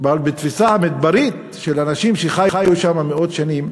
אבל בתפיסה המדברית, של אנשים שחיו שם מאות שנים,